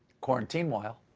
quarantine-while,